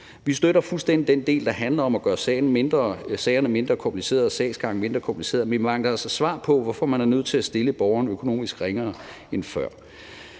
Vi støtter fuldstændig den del, der handler om at gøre sagsgangen mindre kompliceret, men vi mangler altså et svar på, hvorfor man er nødt til at stille borgeren økonomisk ringere end før.